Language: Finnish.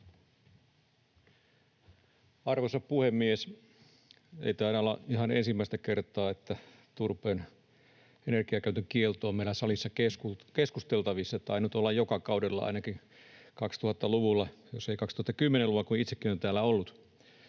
Arvoisa puhemies! Ei taida olla ihan ensimmäinen kerta, kun turpeen energiakäytön kielto on meillä salissa keskusteltavissa. Se on tainnut olla joka kaudella ainakin 2000-luvulla, jos ei 2010-luvulla, kun itsekin olen täällä ollut.